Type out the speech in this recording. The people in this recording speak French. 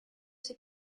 ses